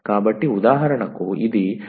కాబట్టి ఉదాహరణకు ఇది 𝑦 𝑥 − 𝑐2